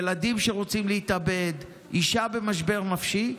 ילדים שרוצים להתאבד, אישה במשבר נפשי.